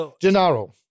Gennaro